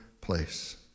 place